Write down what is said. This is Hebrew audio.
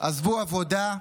עזבו עבודה,